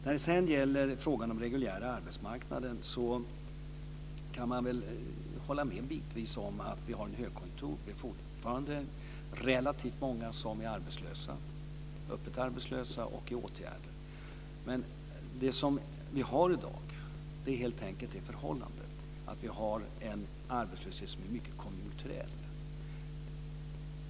När det handlar om frågan om den reguljära arbetsmarknaden så kan jag bitvis hålla med om att vi har en högkonjunktur och att det fortfarande är relativt många som är arbetslösa - öppet arbetslösa och i åtgärder. Men vi har i dag också det förhållandet att arbetslösheten är mycket strukturell.